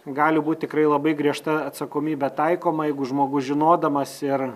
gali būt tikrai labai griežta atsakomybė taikoma jeigu žmogus žinodamas ir